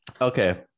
Okay